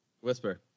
Whisper